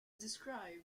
described